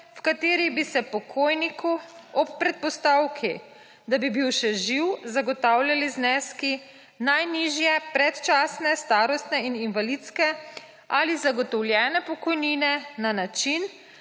v kateri bi se pokojniku ob predpostavki, da bi bil še živ, zagotavljali zneski najnižje predčasne starostne in invalidske ali zagotovljene pokojnine na način,